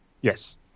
Yes